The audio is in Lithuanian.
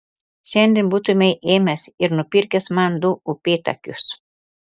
šiandien būtumei ėmęs ir nupirkęs man du upėtakius